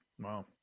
Wow